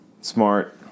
smart